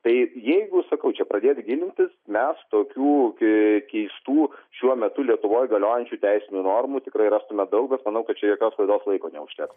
tai jeigu sakau čia pradėt gilintis mes tokių kei keistų šiuo metu lietuvoj galiojančių teisinių normų tikrai rastume daug ir aš manau kad čia jokios laidos laiko neužteks